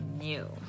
new